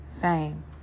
Fame